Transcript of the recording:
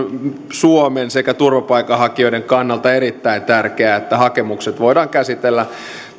suomen sekä turvapaikanhakijoiden kannalta erittäin tärkeää että hakemukset voidaan käsitellä